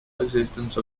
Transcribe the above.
existence